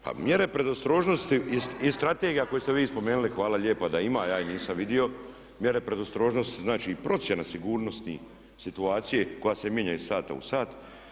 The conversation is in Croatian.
Pa mjere predostrožnosti i strategija koju ste vi spomenuli, hvala lijepa da ima, ja je nisam vidio, mjere predostrožnosti, znači i procjena sigurnosti situacije koja se mijenja iz sata u sat.